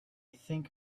think